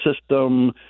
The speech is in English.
system